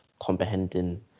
comprehending